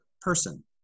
person